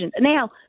Now